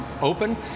open